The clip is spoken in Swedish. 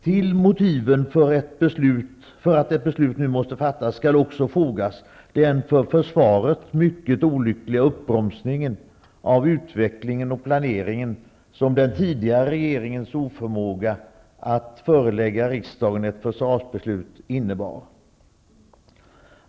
Till motiven för att ett beslut nu måste fattas skall också fogas den för försvaret mycket olyckliga uppbromsningen av utvecklingen och planeringen, som den tidigare regeringens oförmåga att förelägga riksdagen ett förslag inför ett försvarsbeslut innebar.